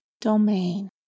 domain